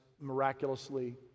miraculously